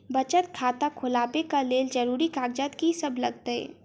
बचत खाता खोलाबै कऽ लेल जरूरी कागजात की सब लगतइ?